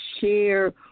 share